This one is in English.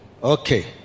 Okay